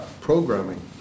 programming